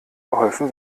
geholfen